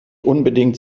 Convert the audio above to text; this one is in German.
unbedingt